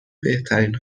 بهترین